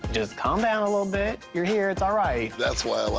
just calm down a little bit, you're here, it's all right. that's why